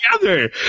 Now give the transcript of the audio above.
together